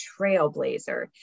trailblazer